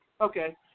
Okay